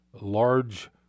large